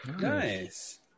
nice